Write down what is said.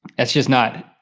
that's just not,